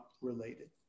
related